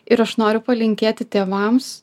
ir aš noriu palinkėti tėvams